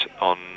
on